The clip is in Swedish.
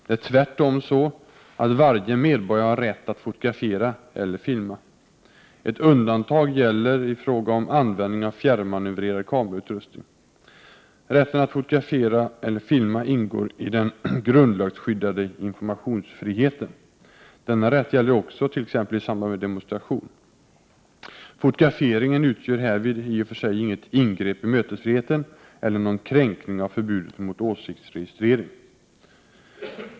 Det är tvärtom så att varje medborgare har rätt att fotografera eller filma. Ett undantag gäller i fråga om användning av fjärrmanövrerad kamerautrustning. Rätten att fotografera eller filma ingår i den grundlagsskyddade informationsfriheten. Denna rätt gäller också t.ex. i samband med en demonstration. Fotograferingen utgör härvid i och för sig inget ingrepp i mötesfriheten eller någon kränkning av förbudet mot åsiktsregistrering.